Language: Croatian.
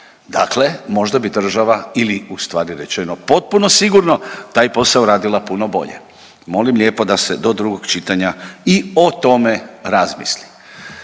Dakle, možda bi država ili ustvari rečeno potpuno sigurno taj posao radila puno bolje. Molim lijepo da se do drugog čitanja i o tome razmisli.